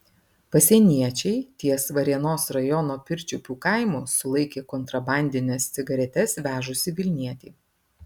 pasieniečiai ties varėnos rajono pirčiupių kaimu sulaikė kontrabandines cigaretes vežusį vilnietį